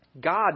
God